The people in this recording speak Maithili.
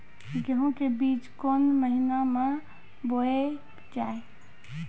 गेहूँ के बीच कोन महीन मे बोएल जाए?